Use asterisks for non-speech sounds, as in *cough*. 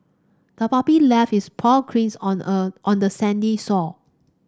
the puppy left its paw *unintelligible* on a on the sandy shore